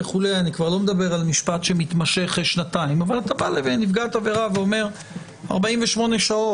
אני לא ראיתי שבנוסח הזה יש התייחסות,